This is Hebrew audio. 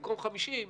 במקום 50 מיליון,